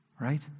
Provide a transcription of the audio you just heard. Right